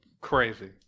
crazy